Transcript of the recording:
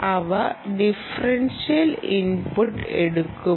അവർ differential input എടുക്കുമോ